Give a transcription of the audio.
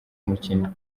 mukinnyi